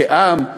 כעם,